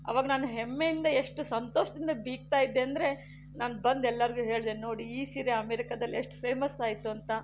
ಅವಾಗ ನಾನು ಹೆಮ್ಮೆಯಿಂದ ಎಷ್ಟು ಸಂತೋಷದಿಂದ ಬೀಗ್ತಾ ಇದ್ದೆ ಅಂದರೆ ನಾನು ಬಂದು ಎಲ್ಲರಿಗೂ ಹೇಳಿದೆ ನೋಡಿ ಈ ಸೀರೆ ಅಮೆರಿಕಾದಲ್ಲಿ ಎಷ್ಟು ಫೇಮಸ್ ಆಯಿತು ಅಂತ